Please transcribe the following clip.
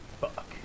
fuck